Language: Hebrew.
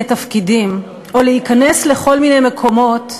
תפקידים או להיכנס לכל מיני מקומות,